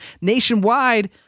nationwide